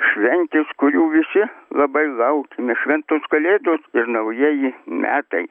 šventės kurių visi labai laukiame šventos kalėdos ir naujieji metai